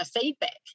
feedback